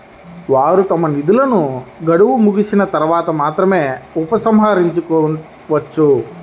వారు తమ నిధులను గడువు ముగిసిన తర్వాత మాత్రమే ఉపసంహరించుకోవచ్చు